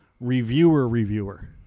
reviewer-reviewer